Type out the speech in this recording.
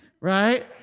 right